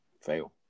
Fail